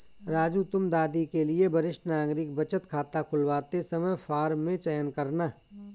राजू तुम दादी के लिए वरिष्ठ नागरिक बचत खाता खुलवाते समय फॉर्म में चयन करना